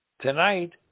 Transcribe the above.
Tonight